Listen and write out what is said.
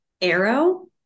arrow